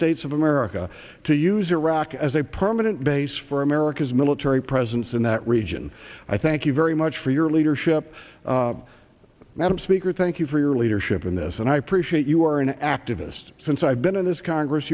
states of america to use iraq as a permanent base for america's military presence in that region i thank you very much for your leadership madam speaker thank you for your leadership in this and i appreciate you are an activist since i've been in this congress